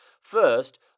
First